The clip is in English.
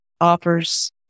offers